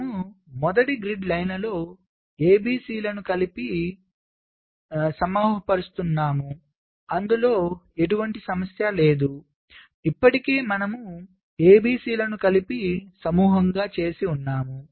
మనం మొదటి గ్రిడ్ లైన్లో ABC లను కలిపి సమూహపరుస్తున్నాముఅందులో ఎటువంటి సమస్య లేదు ఇప్పటికే మనము ABC లను కలిపి సమూహంగా చేసి ఉన్నాము